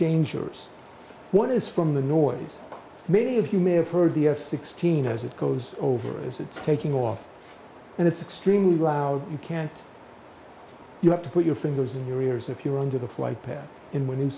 dangers what is from the noise many of you may have heard the f sixteen as it goes over as it's taking off and it's extremely loud you can't you have to put your fingers in your ears if you're under the flight path in when